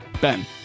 Ben